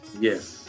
Yes